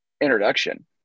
introduction